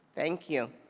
thank you.